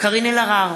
קארין אלהרר,